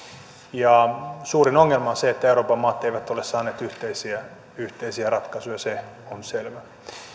suurin ongelma on se että euroopan maat eivät ole saaneet yhteisiä yhteisiä ratkaisuja se on selvä